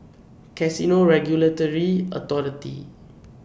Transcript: Casino Regulatory Authority